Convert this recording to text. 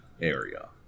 area